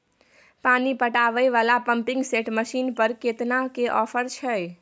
पानी पटावय वाला पंपिंग सेट मसीन पर केतना के ऑफर छैय?